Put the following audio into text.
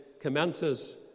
commences